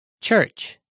Church